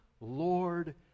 Lord